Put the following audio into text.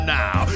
now